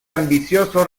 ambicioso